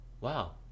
wow